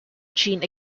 gene